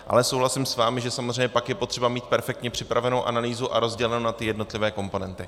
Ale souhlasím s vámi, že pak je potřeba mít perfektně připravenou analýzu a rozdělenou na ty jednotlivé komponenty.